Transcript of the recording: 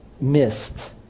missed